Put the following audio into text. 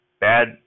Bad